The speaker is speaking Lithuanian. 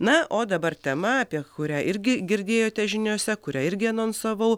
na o dabar tema apie kurią irgi girdėjote žiniose kurią irgi anonsavau